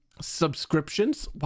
subscriptions